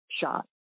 shot